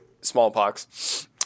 Smallpox